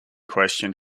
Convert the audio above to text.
question